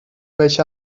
welche